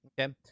Okay